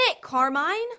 Carmine